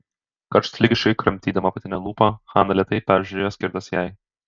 karštligiškai kramtydama apatinę lūpą hana lėtai peržiūrėjo skirtas jai